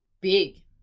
big